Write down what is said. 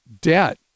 debt